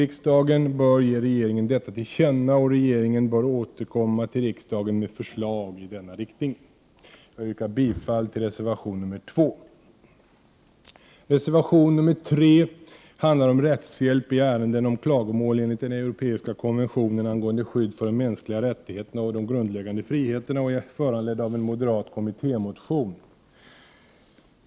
Riksdagen bör ge regeringen detta till känna, och regeringen bör återkomma till riksdagen med förslag i denna riktning. Jag yrkar bifall till reservation nr 2. Reservation nr 3 handlar om rättshjälp i ärenden som gäller klagomål enligt den europeiska konventionen angående skydd för de mänskliga rättigheterna och de grundläggande friheterna och är föranledd av en moderat kommittémotion.